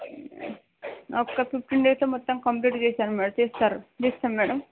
ఒక్క ఫిఫ్టీన్ డేస్లో మొత్తం కంప్లీట్ చేసారు చేస్తారు చేస్తాము మ్యాడమ్